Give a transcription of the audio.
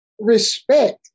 Respect